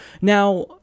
Now